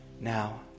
now